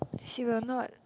she will not